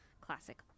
Classic